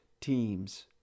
teams